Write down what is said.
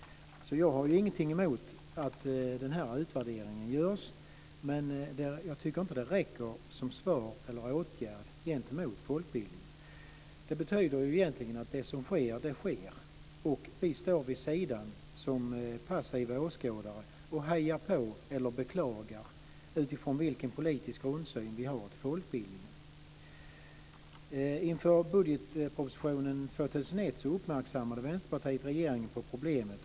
Jag har ingenting emot att den utvärderingen görs, men jag tycker inte att det räcker som svar eller åtgärd för folkbildningen. Det betyder ju egentligen att det som sker det sker, och vi står vid sidan som passiva åskådare och hejar på eller beklagar alltefter vilken politisk grundsyn vi har på folkbildningen. Inför budgetpropositionen 2001 uppmärksammade Vänsterpartiet regeringen på problemet.